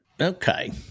Okay